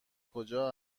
کجا